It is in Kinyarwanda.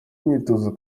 imyitozo